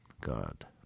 God